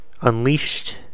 unleashed